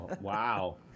wow